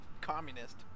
communist